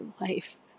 life